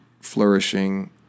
flourishing